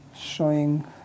showing